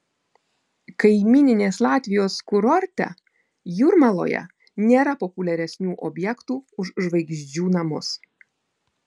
kaimyninės latvijos kurorte jūrmaloje nėra populiaresnių objektų už žvaigždžių namus